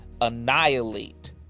annihilate